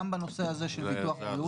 גם בנושא הזה של ביטוח בריאות.